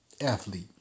athlete